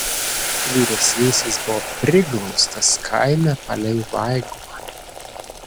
vyresnysis buvo priglaustas kaime palei vaiguvą